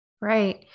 Right